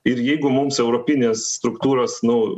ir jeigu mums europinės struktūros nu